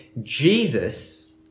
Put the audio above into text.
Jesus